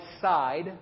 side